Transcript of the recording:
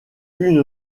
une